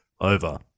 Over